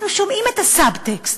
אנחנו שומעים את הסבטקסט,